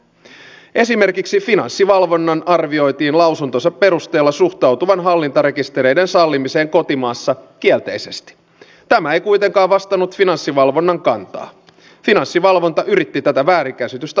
siellä arvioidaan miten suuri hätä on päällä minkälainen yksikkö tulee paikalle vai onko kysymyksessä vaikka hätääntynyt ikäihminen joka vain tarvitsee keskusteluapua